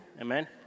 Amen